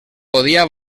podia